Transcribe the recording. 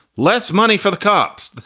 less money for the cops.